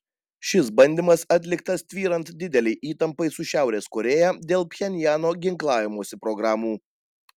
šis bandymas atliktas tvyrant didelei įtampai su šiaurės korėja dėl pchenjano ginklavimosi programų